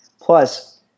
plus